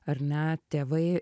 ar ne tėvai